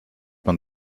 man